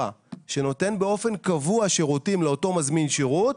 שנותן באופן קבוע שירותים לאותו מזמין שירות,